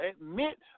Admit